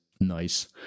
nice